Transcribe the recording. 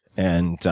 and